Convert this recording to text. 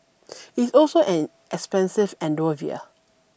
it's also an expensive endeavour